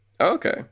Okay